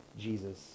Jesus